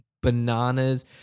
bananas